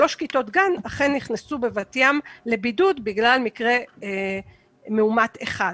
שלוש כיתות בבת-ים אכן נכנסו לבידוד בגלל מקרה מאומת אחד.